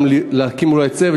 וגם להקים אולי צוות,